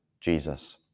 Jesus